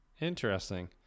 Interesting